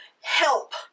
help